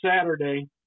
Saturday